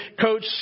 coach